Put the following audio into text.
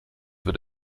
wird